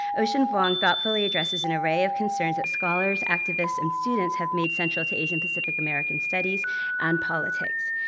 ocean vuong thoughtfully addresses an array of concerns that scholars, activists, and students have made central to asian-pacific american studies and politics.